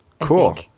Cool